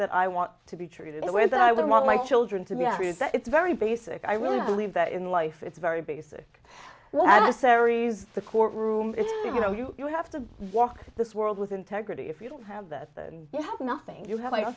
that i want to be treated the way that i would want my children to be are is that it's very basic i really believe that in life it's very big a sick as aries the courtroom you know you you have to walk this world with integrity if you don't have that you have nothing you have